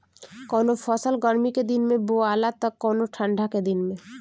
कवनो फसल गर्मी के दिन में बोआला त कवनो ठंडा के दिन में